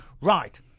right